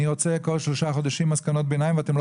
אני רוצה כל שלושה חודשים מסקנות ביניים ואתם לא